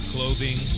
Clothing